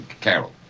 Carol